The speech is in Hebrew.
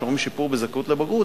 כשאומרים שיפור בזכאות לבגרות,